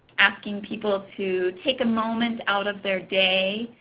asking people to take a moment out of their day,